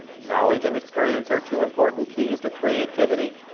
knowledge and experience are two important keys to creativity,